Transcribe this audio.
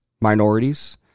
minorities